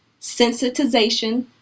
sensitization